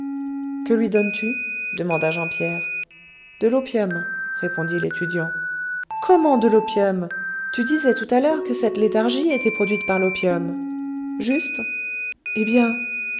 que lui donnes-tu demanda jean pierre de l'opium répondit l'étudiant comment de l'opium tu disais tout à l'heure que cette léthargie était produite par l'opium juste eh bien